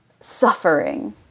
suffering